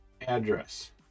address